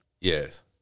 Yes